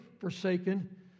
forsaken